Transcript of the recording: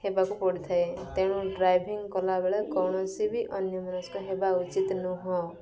ହେବାକୁ ପଡ଼ିଥାଏ ତେଣୁ ଡ୍ରାଇଭିଙ୍ଗ କଲାବେଳେ କୌଣସି ବି ଅନ୍ୟମନସ୍କ ହେବା ଉଚିତ ନୁହଁ